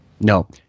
No